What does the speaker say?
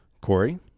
Corey